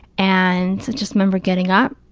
and i just remember getting up,